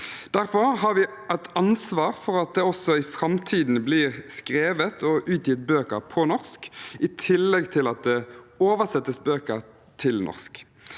Derfor har vi et ansvar for at det også i framtiden blir skrevet og utgitt bøker på norsk, i tillegg til at det oversettes bøker til norsk.